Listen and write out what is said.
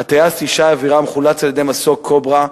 הטייס ישי אבירם חולץ על-ידי מסוק "קוברה",